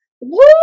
Woo